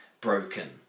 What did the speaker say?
broken